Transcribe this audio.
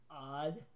odd